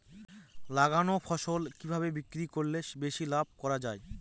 লাগানো ফসল কিভাবে বিক্রি করলে বেশি লাভ করা যায়?